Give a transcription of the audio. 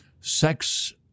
sex